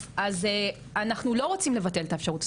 אז אנחנו לא רוצים לבטל את האפשרות,